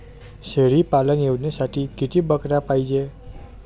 शेळी पालन योजनेसाठी किती बकऱ्या पायजे?